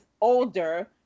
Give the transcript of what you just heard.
older